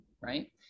right